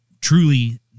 truly